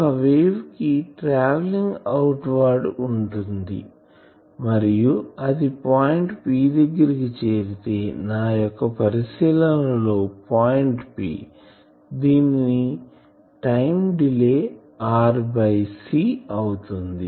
ఒక వేవ్ కి travelling outward ఉంటుంది మరియు అది పాయింట్ P దగ్గరకు చేరితే నా యొక్క పరిశీలన లో పాయింట్ P దీని టైం డిలే r c అవుతుంది